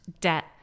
debt